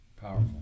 Powerful